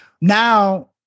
now